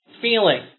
feeling